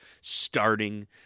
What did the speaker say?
starting